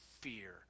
fear